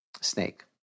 snake